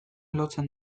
lotzen